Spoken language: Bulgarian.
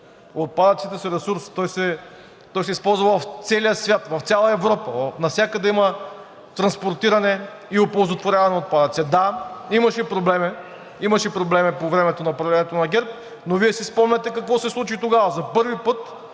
Отпадъците са ресурс, той се използва в целия свят, в цяла Европа, навсякъде има транспортиране и оползотворяване на отпадъци. Да, имаше проблеми по времето на управлението на ГЕРБ, но Вие си спомняте какво се случи тогава.